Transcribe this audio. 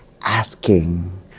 asking